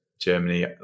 Germany